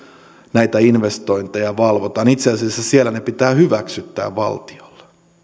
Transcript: näitä investointeja valvotaan itse asiassa siellä ne pitää hyväksyttää valtiolla